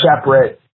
separate